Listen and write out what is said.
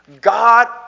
God